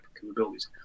capabilities